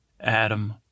Adam